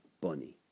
bunny